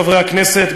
חברי הכנסת,